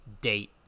date